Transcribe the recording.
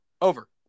Over